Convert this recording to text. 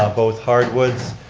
both hardwoods.